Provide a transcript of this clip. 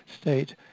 state